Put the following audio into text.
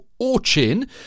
Orchin